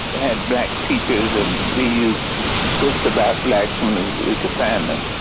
had black teachers, and we used books about blacks when we could find them.